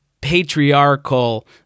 patriarchal